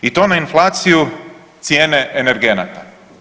I na inflaciju cijene energenata.